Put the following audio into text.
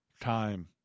time